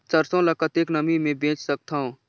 सरसो ल कतेक नमी मे बेच सकथव?